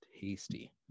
tasty